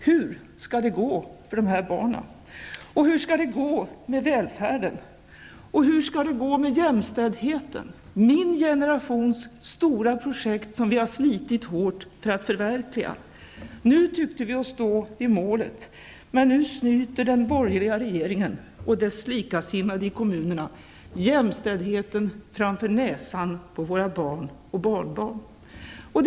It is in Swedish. Hur skall det gå för dessa barn? Och hur skall det gå med välfärden? Och hur skall det gå med jämställdheten -- min generations stora projekt som vi har slitit hårt för att kunna förverkliga. Nu tyckte vi oss stå vid målet, men då snyter den borgerliga regeringen och dess likasinnade i kommunerna våra barn och barnbarn på jämställdheten.